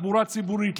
תחבורה ציבורית,